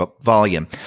volume